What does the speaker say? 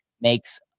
makes